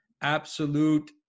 absolute